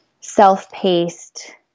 self-paced